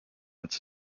its